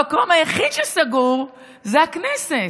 המקום היחיד שסגור זה הכנסת.